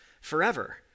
forever